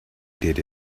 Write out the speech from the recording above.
did